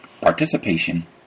Participation